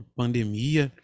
pandemia